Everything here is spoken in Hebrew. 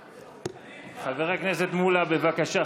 חבר הכנסת מולא, בבקשה.